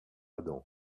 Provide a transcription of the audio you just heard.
adam